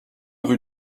rue